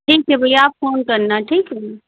ठीक है भैया आप फोन करना ठीक है